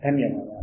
ధన్యవాదాలు